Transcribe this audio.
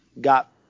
got –